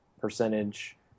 percentage